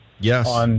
Yes